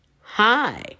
Hi